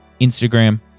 Instagram